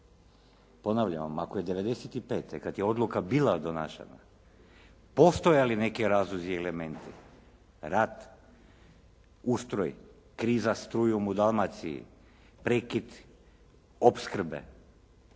Ponavljam vam. Ako je '95. kad je odluka bila donesena postojali neki razlozi i elementi, rat, ustroj, kriza strujom u Dalmaciji, prekid opskrbe,